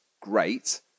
Great